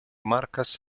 markas